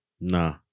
Nah